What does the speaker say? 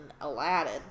aladdin